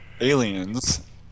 aliens